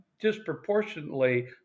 disproportionately